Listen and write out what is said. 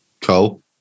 Cole